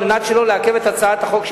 על מנת שלא לעכב את הצעת החוק,